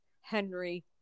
Henry